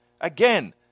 again